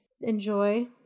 enjoy